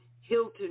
Hilton